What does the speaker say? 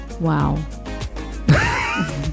Wow